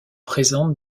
présente